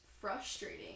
frustrating